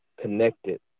connected